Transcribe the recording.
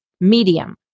Medium